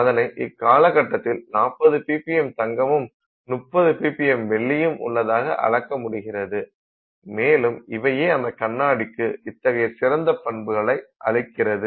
அதனை இக்காலகட்டத்தில் 40 ppm தங்கமும் 330 ppm வெள்ளியும் உள்ளதாக அளக்க முடிகிறது மேலும் இவையே அந்த கண்ணாடிக்கு இத்தகைய சிறந்தப் பண்புகளை அளிக்கின்றது